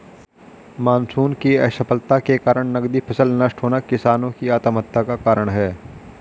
monsoon की असफलता के कारण नकदी फसल नष्ट होना किसानो की आत्महत्या का कारण है